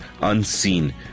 UNSEEN